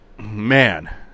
man